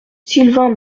sylvain